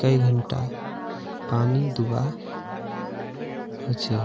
कई घंटा पानी दुबा होचए?